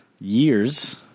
years